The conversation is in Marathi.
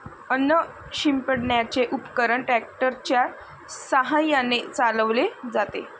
अन्न शिंपडण्याचे उपकरण ट्रॅक्टर च्या साहाय्याने चालवले जाते